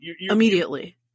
Immediately